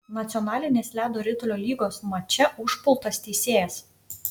nacionalinės ledo ritulio lygos mače užpultas teisėjas